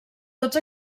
tots